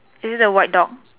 is it the white dog